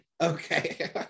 Okay